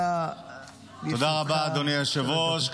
תודה רבה, אדוני היושב-ראש.